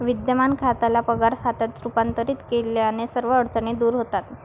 विद्यमान खात्याला पगार खात्यात रूपांतरित केल्याने सर्व अडचणी दूर होतात